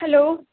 hello